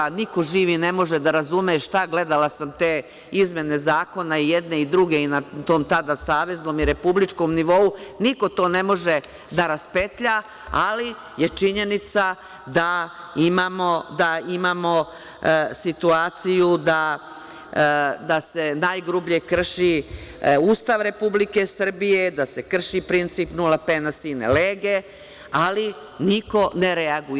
Niko živi ne može da razume šta, gledala sam te izmene zakona i jedne i druge na tom, tada saveznom i republičkom nivou, niko to ne može da raspetlja, ali je činjenica da imamo situaciju da se najgrublje krši Ustav Republike Srbije, da krši princip … ali niko ne reaguje.